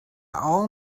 all